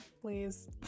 Please